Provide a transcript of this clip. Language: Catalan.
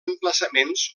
emplaçaments